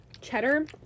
cheddar